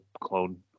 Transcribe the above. clone